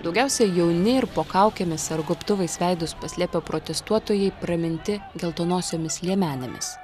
daugiausia jauni ir po kaukėmis ar gobtuvais veidus paslėpę protestuotojai praminti geltonosiomis liemenėmis